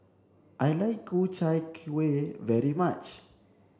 I like Ku Chai Kuih very much